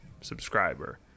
subscriber